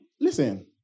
listen